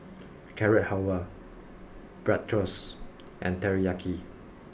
Carrot Halwa Bratwurst and Teriyaki